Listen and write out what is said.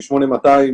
למעשה,